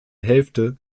hälfte